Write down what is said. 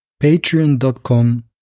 Patreon.com